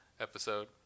episode